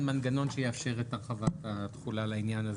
מנגנון שיאפשר את הרחבת התחולה לעניין הזה.